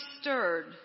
stirred